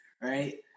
right